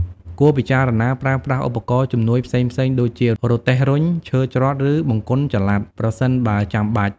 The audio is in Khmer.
គួរពិចារណាប្រើប្រាស់ឧបករណ៍ជំនួយផ្សេងៗដូចជារទេះរុញ ឈើច្រត់ ឬបង្គន់ចល័ត ប្រសិនបើចាំបាច់។